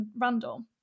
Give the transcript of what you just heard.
Randall